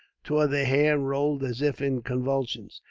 tore their hair, and rolled as if in convulsions.